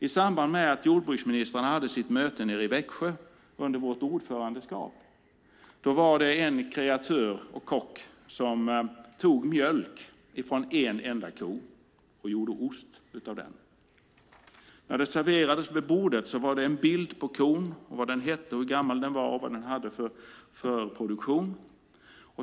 I samband med att jordbruksministrarna hade sitt möte i Växjö under vårt ordförandeskap var det en kreatör och kock som tog mjölk från en enda ko och gjorde ost av den. När den serverades vid bordet var där en bild på kon, vad den hette, hur gammal den var och vad den hade för produktion.